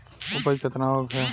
उपज केतना होखे?